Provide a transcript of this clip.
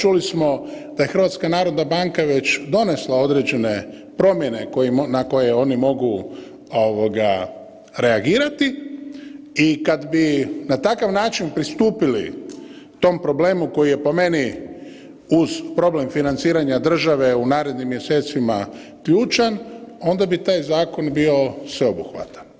Čuli smo da je HNB već donesla određene promjene na koje oni mogu ovoga reagirati i kad bi na takav način pristupili tom problemu koji je po meni uz problem financiranja države u narednim mjesecima ključan, onda bi taj zakon bio sveobuhvatan.